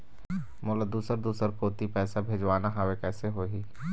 मोला दुसर दूसर कोती पैसा भेजवाना हवे, कइसे होही?